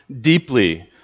deeply